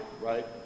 right